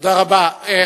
תודה רבה.